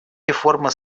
реформа